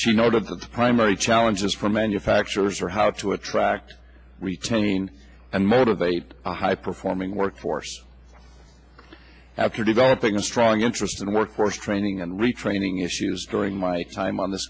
the primary challenges for manufacturers are how to attract retain and motivate a high performing workforce after developing a strong interest in the workforce training and retraining issues during my time on th